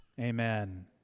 Amen